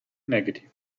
negative